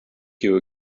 you